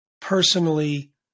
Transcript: personally